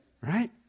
right